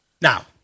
Now